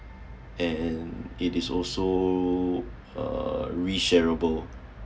and it is also uh resharable